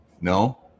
No